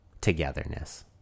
togetherness